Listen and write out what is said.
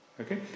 okay